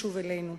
ישוב אלינו.